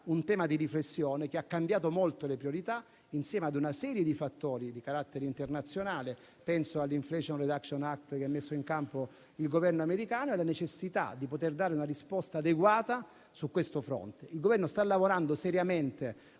un tema su cui riflettere, che ha cambiato molto le priorità, insieme ad una serie di fattori di carattere internazionale, penso all'Inflation reduction act messo in campo dal governo americano e alla necessità di dare una risposta adeguata su questo fronte. Il Governo sta lavorando seriamente